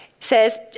says